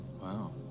Wow